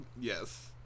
Yes